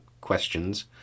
questions